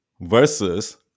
versus